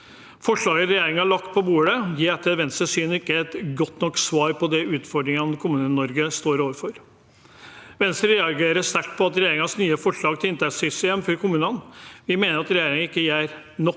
Forslaget regjeringen har lagt på bordet, gir etter Venstres syn ikke et godt nok svar på de utfordringene Kommune-Norge står overfor. Venstre reagerer sterkt på regjeringens nye forslag til inntektssystem for kommunene. Vi mener at regjeringen ikke gjør nok